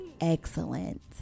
excellent